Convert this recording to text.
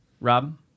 Rob